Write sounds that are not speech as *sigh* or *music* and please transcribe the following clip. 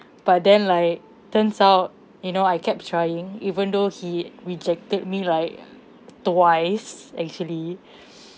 but then like turns out you know I kept trying even though he rejected me like twice actually *breath*